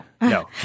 no